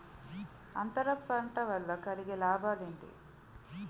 అంతర పంట వల్ల కలిగే లాభాలు ఏంటి